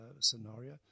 scenario